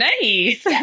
nice